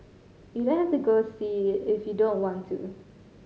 you don't have to go see it if you don't want to